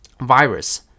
virus